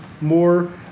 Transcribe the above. more